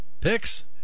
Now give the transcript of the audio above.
Picks